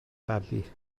babi